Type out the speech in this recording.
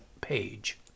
page